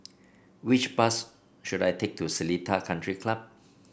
which bus should I take to Seletar Country Club